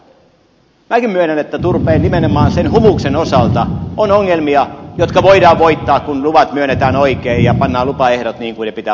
minäkin myönnän että turpeen nimenomaan sen humuksen osalta on ongelmia jotka voidaan voittaa kun luvat myönnetään oikein ja pannaan lupaehdot niin kuin ne pitää laittaa jnp